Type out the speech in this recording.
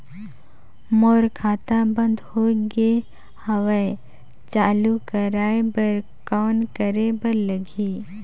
मोर खाता बंद हो गे हवय चालू कराय बर कौन करे बर लगही?